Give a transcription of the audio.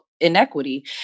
inequity